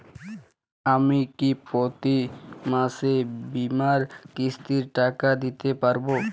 আমি কি প্রতি মাসে বীমার কিস্তির টাকা দিতে পারবো?